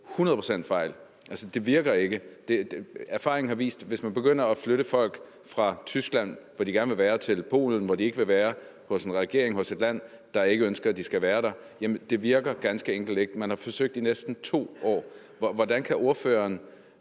procent fejl. Altså, det virker ikke. Erfaringen har vist, at det, hvis man begynder at flytte folk fra Tyskland, hvor de gerne vil være, til Polen, hvor de ikke vil være – hos en regering og i et land, der ikke ønsker, at de skal være der – ganske enkelt ikke virker. Man har forsøgt i næsten 2 år. Hvordan kan ordføreren